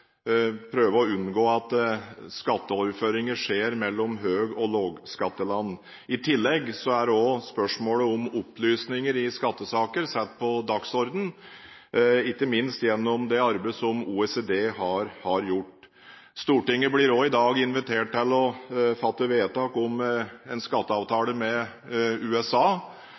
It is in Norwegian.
prøve å unngå at skatteoverføringer skjer mellom høy- og lavskatteland. I tillegg er også spørsmålet om opplysninger i skattesaker satt på dagsordenen, ikke minst gjennom det arbeidet som OECD har gjort. Stortinget blir i dag også invitert til å fatte vedtak om en skatteavtale med USA,